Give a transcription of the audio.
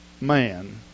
man